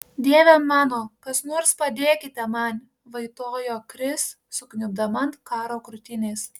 dieve mano kas nors padėkite man vaitojo kris sukniubdama ant karo krūtinės